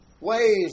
ways